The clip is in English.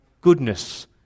goodness